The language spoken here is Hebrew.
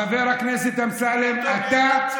חבר הכנסת אמסלם, אתה,